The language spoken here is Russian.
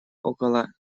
около